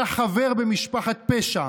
אתה חבר במשפחת פשע.